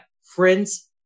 friends